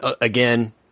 again